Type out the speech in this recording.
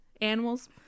Animals